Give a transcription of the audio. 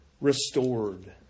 restored